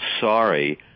sorry